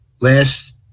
last